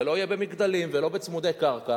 זה לא יהיה במגדלים ולא בצמודי קרקע,